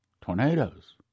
tornadoes